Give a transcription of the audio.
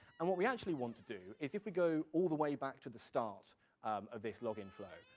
and what we actually want to do is, if we go all the way back to the start of this login flow,